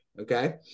Okay